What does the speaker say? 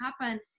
happen